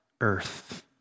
earth